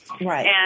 Right